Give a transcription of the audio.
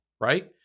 Right